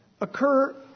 occur